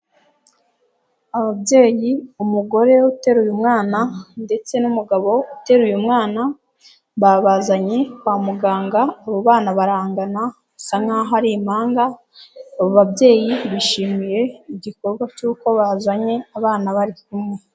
Ababyeyi umugore uteruye mwana ndetse n'umugabo uteraruye mwana babazanye kwa muganga abo bana barangana bisa nk'aho ari impanga, babyeyi bishimiye igikorwa cy'uko bazanye abana bari kumwe.